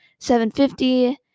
750